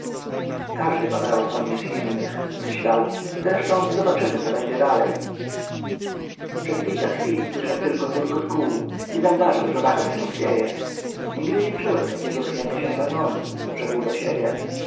każdy ma prawo sądzić innych myślał zresztą zobaczymy co będzie dalej przez kilka chwil słyszał tylko turkot kół i zauważył że wagon się chwieje nigdy nie czułem takiego chwiania się wagonu rzekł do siebie